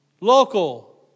local